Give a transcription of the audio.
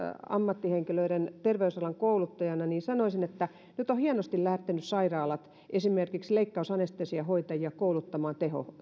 ammattihenkilöiden kouluttajana niin sanoisin että nyt ovat hienosti lähteneet sairaalat esimerkiksi leikkausanestesiahoitajia kouluttamaan